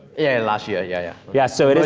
yeah, last year, yeah yeah yeah. so,